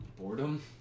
boredom